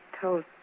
told